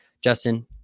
Justin